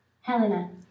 Helena